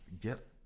get